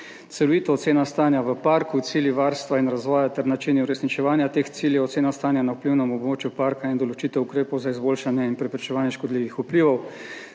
celovita ocena stanja v parku, cilji varstva in razvoja ter načini uresničevanja teh ciljev, ocena stanja na vplivnem območju parka in določitev ukrepov za izboljšanje in preprečevanje škodljivih vplivov,